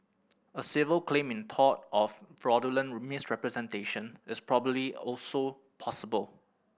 a civil claim in tort of fraudulent misrepresentation is probably also possible